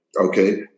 okay